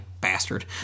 Bastard